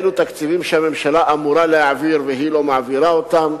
אלו תקציבים שהממשלה אמורה להעביר והיא לא מעבירה אותם,